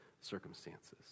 circumstances